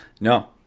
No